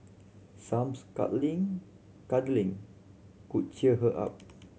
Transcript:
some cuddling could cheer her up